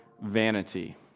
vanity